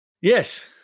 yes